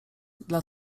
dla